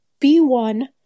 B1